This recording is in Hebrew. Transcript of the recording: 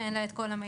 שאין לה את כל המידע.